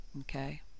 okay